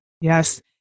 Yes